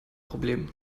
problem